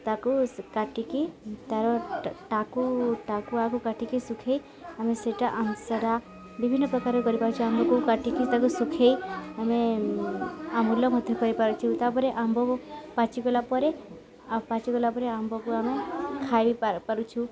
ତାକୁ କାଟିକି ତା'ର ଟାକୁଆକୁ କାଟିକି ଶୁଖାଇ ଆମେ ସେଇଟା ଆମଟା ବିଭିନ୍ନ ପ୍ରକାର କରିପାରୁଛୁ ଆମ୍ବକୁ କାଟିକି ତାକୁ ଶୁଖାଇ ଆମେ ଆମ୍ବୁଲ ମଧ୍ୟ କରିପାରୁଛୁ ତା'ପରେ ଆମ୍ବକୁ ପାଚିଗଲା ପରେ ପାଚିଗଲା ପରେ ଆମ୍ବକୁ ଆମେ ଖାଇପାରୁଛୁ